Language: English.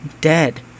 dead